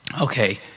okay